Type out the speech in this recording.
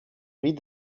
read